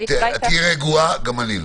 תהיי רגועה, גם אני לא,